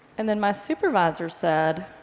and then my supervisor said,